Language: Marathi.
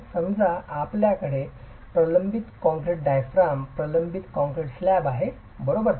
तर समजा आपल्याकडे प्रबलित कंक्रीट डायाफ्राम प्रबलित कंक्रीट स्लॅब आहे बरोबर